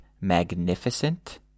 magnificent